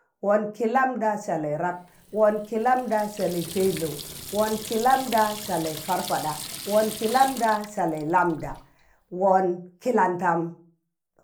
wọn kị lambɗa salẹị rap. wọn kị lambɗa salẹị pẹlọu. wọn kị lambɗa salẹị parpaɗa. wọn kị lambɗa salẹị lambɗa, wọn kịlandam.